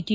T